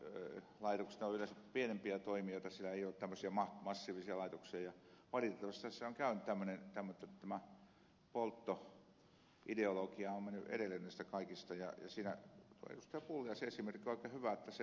ne ovat yleensä pienempiä toimijoita siellä ei ole tämmöisiä massiivisia laitoksia ja valitettavasti tässä on käynyt tämmöinen että tämä polttoideologia on mennyt edelle näistä kaikista